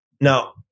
Now